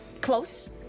close